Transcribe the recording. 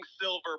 silver